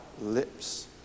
lips